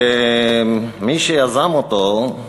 מי שיזם אותו,